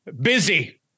Busy